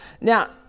now